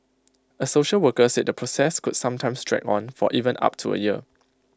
A social worker said the process could sometimes drag on for even up to A year